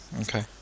Okay